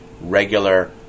regular